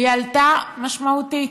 והיא עלתה משמעותית,